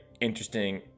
interesting